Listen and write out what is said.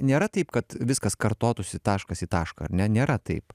nėra taip kad viskas kartotųsi taškas į tašką ar ne nėra taip